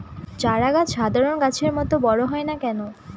চারা গাছ সাধারণ গাছের মত বড় হয় না কেনো?